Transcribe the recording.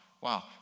wow